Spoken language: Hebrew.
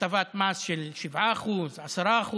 הטבת מס של 7%, 10%